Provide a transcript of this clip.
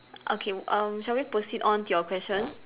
okay um shall we proceed on to your question